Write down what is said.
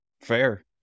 fair